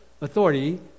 authority